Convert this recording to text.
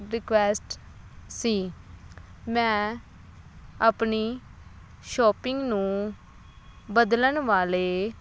request ਸੀ ਮੈਂ ਆਪਣੀ ਸ਼ੋਪਿੰਗ ਨੂੰ ਬਦਲਣ ਵਾਲੇ